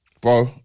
Bro